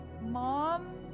mom